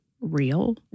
real